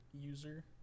user